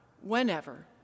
whenever